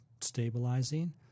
stabilizing